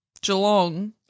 Geelong